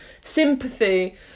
sympathy